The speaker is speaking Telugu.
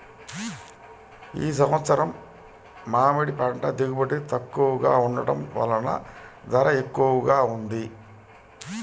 ఈ సంవత్సరం మామిడి పంట దిగుబడి తక్కువగా ఉండటం వలన ధర ఎక్కువగా ఉంది